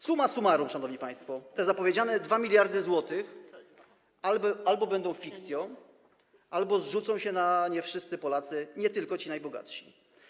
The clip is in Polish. Summa summarum, szanowni państwo, te zapowiedziane 2 mld zł albo będą fikcją, albo zrzucą się na nie wszyscy Polacy, nie tylko ci najbogatsi.